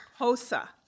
hosa